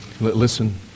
listen